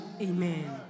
Amen